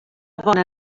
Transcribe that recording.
bona